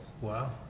Wow